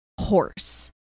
horse